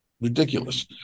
ridiculous